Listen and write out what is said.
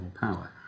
power